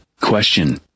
Question